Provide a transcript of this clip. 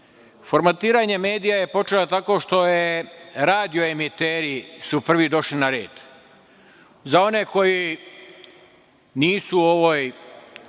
Formatiranje medija je počelo tako što su radio amateri prvi došli na red.Za one koji nisu u ovoj